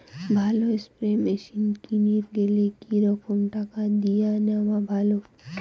ভালো spray machine কিনির গেলে কি রকম টাকা দিয়া নেওয়া ভালো?